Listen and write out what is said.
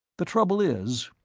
the trouble is,